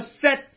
set